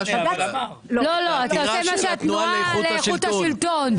את העתירה של התנועה לאיכות השלטון.